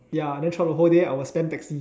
ya then throughout the whole day I will spam taxi